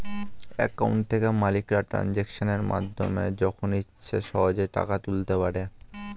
account থেকে মালিকরা ট্রানজাকশনের মাধ্যমে যখন ইচ্ছে সহজেই টাকা তুলতে পারে